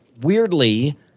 Weirdly